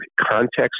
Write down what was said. context